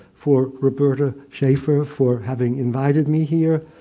for roberta shaffer for having invited me here,